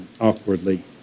awkwardly